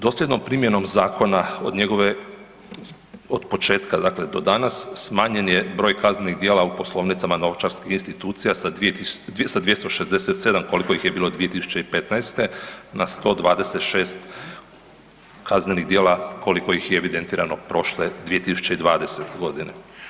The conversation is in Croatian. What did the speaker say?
Dosljednom primjenom zakona od njegove, od početka dakle do danas, smanjen je broj kaznenih djela u poslovnicama novčarskih institucija sa 267 koliko ih je bilo 2015. na 126 kaznenih djela koliko ih je evidentirano prošle 2020. godine.